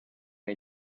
nei